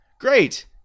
Great